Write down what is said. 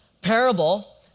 parable